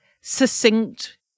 succinct